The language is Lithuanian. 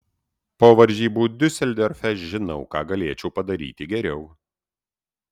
po varžybų diuseldorfe žinau ką galėčiau padaryti geriau